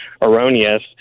erroneous